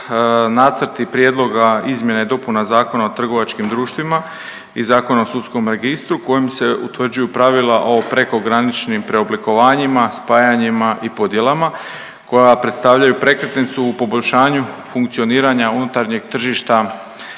nacrti prijedloga izmjene i dopune Zakona o trgovačkim društvima i Zakon o sudskom registru kojim se utvrđuju pravila o prekograničnim preoblikovanjima, spajanjima i podjelama koja predstavljaju prekretnicu u poboljšanju funkcioniranja unutarnjeg tržišta